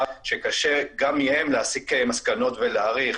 --- שקשה גם מהם להסיק מסקנות ולהעריך.